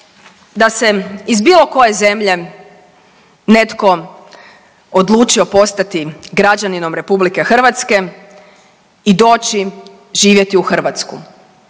da se iz bilo koje zemlje netko odlučio postati građaninom RH i doći živjeti u Hrvatsku,